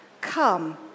Come